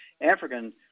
African